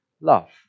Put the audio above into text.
love